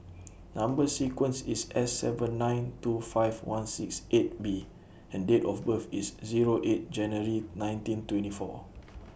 Number sequence IS S seven nine two five one six eight B and Date of birth IS Zero eight January nineteen twenty four